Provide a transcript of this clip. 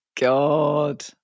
God